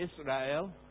Israel